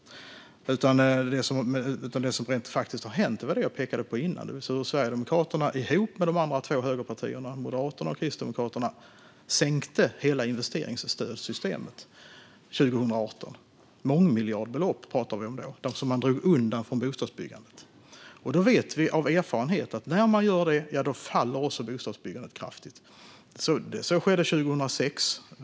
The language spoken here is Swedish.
Det som rent faktiskt har hänt är det jag pekade på innan, alltså hur Sverigedemokraterna ihop med de andra två högerpartierna, Moderaterna och Kristdemokraterna, sänkte hela investeringsstödssystemet 2018. Vi pratar om mångmiljardbelopp som man drog undan från bostadsbyggandet, och vi vet av erfarenhet att när man gör det faller också bostadsbyggandet kraftigt. Så skedde 2006.